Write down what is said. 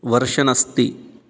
वर्षनस्ति